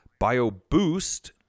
BioBoost